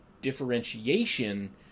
differentiation